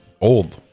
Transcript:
Old